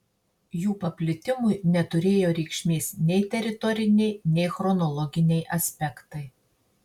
jų paplitimui neturėjo reikšmės nei teritoriniai nei chronologiniai aspektai